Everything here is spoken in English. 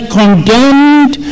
condemned